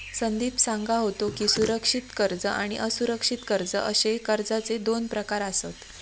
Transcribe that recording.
संदीप सांगा होतो की, सुरक्षित कर्ज आणि असुरक्षित कर्ज अशे कर्जाचे दोन प्रकार आसत